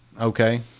Okay